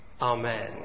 Amen